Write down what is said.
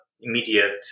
immediate